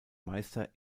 meister